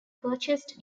purchased